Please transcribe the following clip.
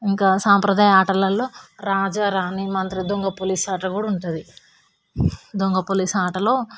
ఇంకా సాంప్రదాయ ఆటలల్లో రాజారాణి మంత్రి దొంగా పోలీస్ ఆట కూడా ఉంటుంది దొంగా పోలీస్ ఆటలో